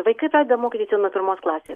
vaikai pradeda mokytis jau nuo pirmos klasės